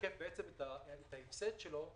שמשקף את ההפסד שלו,